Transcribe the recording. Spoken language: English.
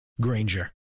Granger